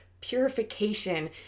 Purification